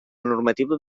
normativa